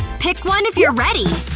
pick one if you're ready!